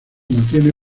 mantiene